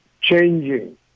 changing